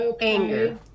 anger